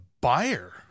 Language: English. buyer